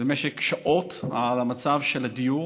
במשך שעות, על המצב של הדיור.